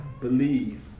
believe